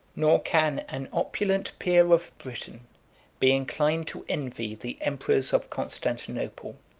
nor can an opulent peer of britain be inclined to envy the emperors of constantinople,